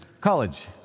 college